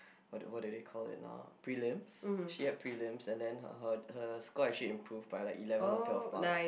what do what do they call they it now prelims she had prelims and then her her her score actually improve by like eleven or twelve marks